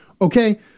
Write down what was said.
okay